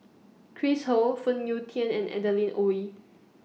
Chris Ho Phoon Yew Tien and Adeline Ooi